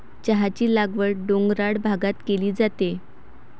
चहाची लागवड डोंगराळ भागात केली जाते